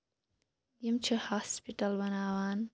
یِم چھِ ہاسپِٹل بَناوان